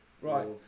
Right